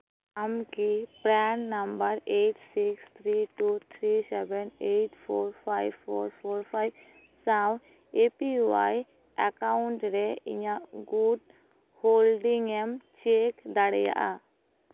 ᱟᱢ ᱠᱤ PRAN number eight six three two three seven eight four five four four five ᱥᱟᱶ A P Y account ᱨᱮ ᱤᱧᱟᱹᱜ ᱜᱩᱴ ᱦᱳᱞᱰᱤᱝ ᱮᱢ ᱪᱮᱠ ᱫᱟᱲᱮᱭᱟᱜᱼᱟ